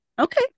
Okay